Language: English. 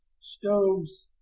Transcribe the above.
stoves